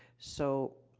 so,